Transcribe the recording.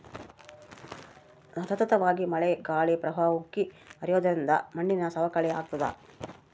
ಸತತವಾಗಿ ಮಳೆ ಗಾಳಿ ಪ್ರವಾಹ ಉಕ್ಕಿ ಹರಿಯೋದ್ರಿಂದ ಮಣ್ಣಿನ ಸವಕಳಿ ಆಗ್ತಾದ